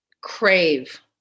crave